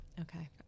Okay